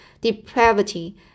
depravity